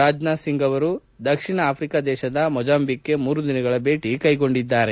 ರಾಜನಾಥ್ ಸಿಂಗ್ ಅವರು ದಕ್ಷಿಣ ಆಫ್ರಿಕಾ ದೇಶದ ಮೊಜಾಂಬಿಕ್ ಗೆ ಮೂರು ದಿನಗಳ ಭೇಟಿ ಕೈಗೊಂಡಿದ್ದಾರೆ